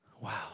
Wow